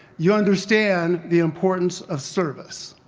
you understand the importance of service.